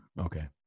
Okay